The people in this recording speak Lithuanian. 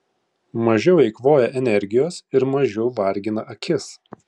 mažiau eikvoja energijos ir mažiau vargina akis